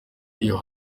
iyo